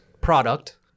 product